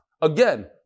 Again